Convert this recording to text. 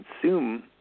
consume